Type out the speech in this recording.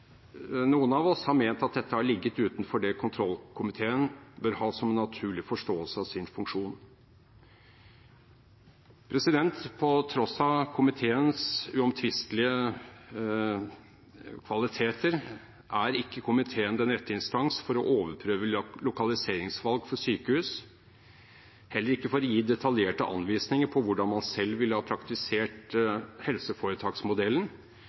noen av oss har ment at dette har ligget utenfor det kontrollkomiteen bør ha som en naturlig forståelse av sin funksjon. På tross av komiteens uomtvistelige kvaliteter er ikke komiteen den rette instans for å overprøve lokaliseringsvalg for sykehus, heller ikke for å gi detaljerte anvisninger på hvordan man selv ville ha praktisert helseforetaksmodellen,